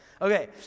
Okay